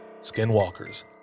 skinwalkers